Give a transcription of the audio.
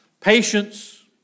patience